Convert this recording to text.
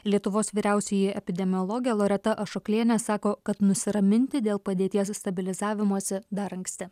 lietuvos vyriausioji epidemiologė loreta ašoklienė sako kad nusiraminti dėl padėties stabilizavimosi dar anksti